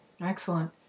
Excellent